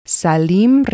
Salim